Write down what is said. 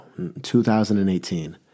2018